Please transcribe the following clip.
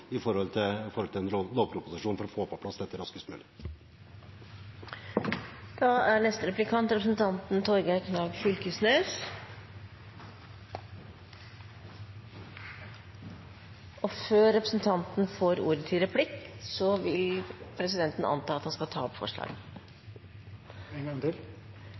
for å få på plass dette raskest mulig. Neste replikant er representanten Torgeir Knag Fylkesnes. Før representanten får ordet til replikk, vil presidenten anta at han skal ta opp